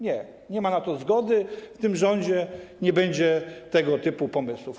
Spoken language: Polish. Nie, nie ma na to zgody, w tym rządzie nie będzie tego typu pomysłów.